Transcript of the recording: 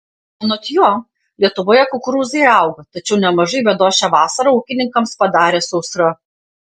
anot jo lietuvoje kukurūzai auga tačiau nemažai bėdos šią vasarą ūkininkams padarė sausra